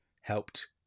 helped